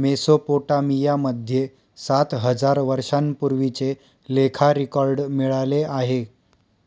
Mesopotamia मध्ये सात हजार वर्षांपूर्वीचे लेखा रेकॉर्ड मिळाले आहे